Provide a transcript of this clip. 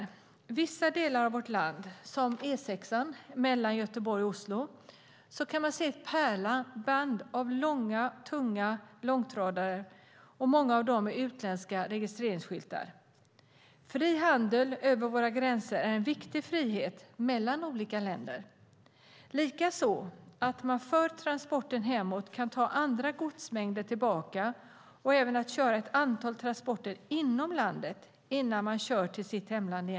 I vissa delar av vårt land, som E6 mellan Göteborg och Oslo, kan man se ett pärlband av tunga långtradare, många av dem med utländska registreringsskyltar. Fri handel över våra gränser är en viktig frihet mellan olika länder. Det är även viktigt att man vid transporten tillbaka kan ta med sig andra gods. Man ska också kunna köra ett antal transporter inom landet innan man kör tillbaka till sitt hemland.